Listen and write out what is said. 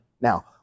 Now